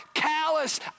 callous